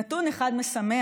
נתון אחד משמח